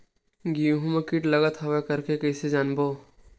गेहूं म कीट लगत हवय करके कइसे जानबो?